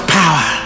power